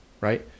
right